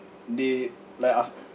they let us